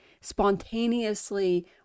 spontaneously